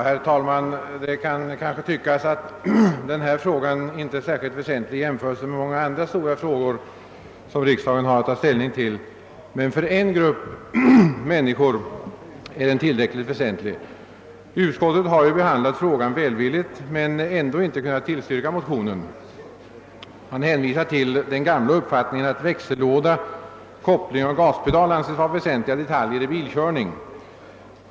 Herr talman! Det kan kanske tyckas att denna fråga inte är särskilt väsentlig i jämförelse med många andra stora spörsmål, som riksdagen har att ta ställning till. För en grupp människor är den emellertid tillräckligt väsentlig. Utskottet har behandlat frågan välvilligt men ändå inte kunnat tillstyrka motionen. Man hänvisar till den gamla uppfattningen att behandlingen av växellåda, koppling och gaspedal är väsentliga detaljer i bilkörning.